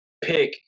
pick